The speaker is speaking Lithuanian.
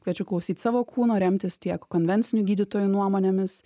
kviečiu klausyt savo kūno remtis tiek konvencinių gydytojų nuomonėmis